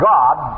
God